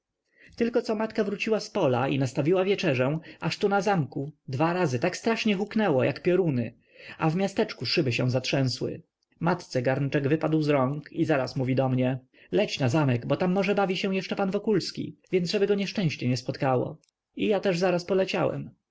tylko co matka wróciła z pola i nastawiła wieczerzę aż tu w zamku dwa razy tak strasznie huknęło jak pioruny a w miasteczku szyby się zatrzęsły matce garnczek wypadł z rąk i zaraz mówi do mnie leć na zamek bo tam może bawi się jeszcze pan wokulski więc żeby go nieszczęście nie spotkało i ja też zaraz poleciałem